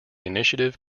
initiative